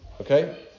Okay